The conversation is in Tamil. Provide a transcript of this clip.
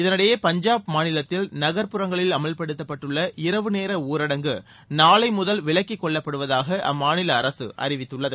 இதனிடையே பஞ்சாப் மாநிலத்தில் நகர்ப்புறங்களில் அமல்படுத்தப்பட்டுள்ள இரவு நேர ஊடரங்கு நாளை முதல் விலக்கிக் கொள்ளப்படுவதாக அம்மாநில அரசு அறிவித்துள்ளது